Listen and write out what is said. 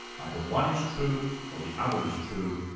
either one is true, or the other is true,